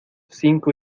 cinco